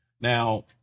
Now